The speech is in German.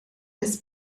des